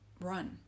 run